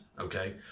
okay